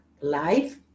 live